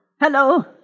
Hello